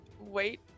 wait